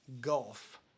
gulf